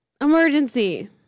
Emergency